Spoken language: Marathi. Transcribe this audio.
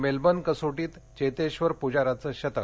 मेलबर्न कसोटीत चेतेश्वर पुजाराचं शतक